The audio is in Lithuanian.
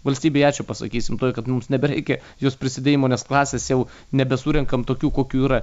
valstybei ačiū pasakysim kad mums nebereikia jos prisidėjimo nes klasės jau nebesurenkam tokių kokių yra